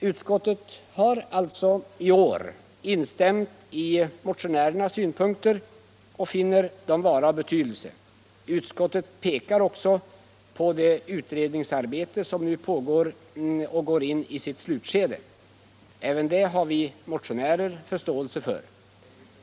Utskottet har alltså i år instämt i motionärernas synpunkter och finner dem vara av betydelse. Utskottet pekar också på det utredningsarbete som nu går in i sitt slutskede. Även detta har vi motionärer förståelse för.